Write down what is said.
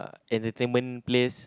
uh at the place